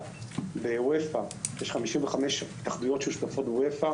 באופ"א יש 55 התאחדויות ששותפות באופ"א